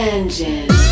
Engine